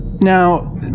Now